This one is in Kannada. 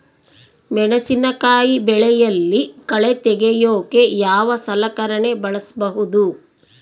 ಮೆಣಸಿನಕಾಯಿ ಬೆಳೆಯಲ್ಲಿ ಕಳೆ ತೆಗಿಯೋಕೆ ಯಾವ ಸಲಕರಣೆ ಬಳಸಬಹುದು?